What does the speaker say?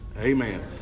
Amen